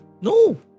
No